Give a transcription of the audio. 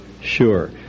sure